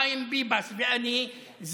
חיים ביבס ואני,